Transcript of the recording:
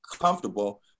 comfortable